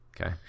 Okay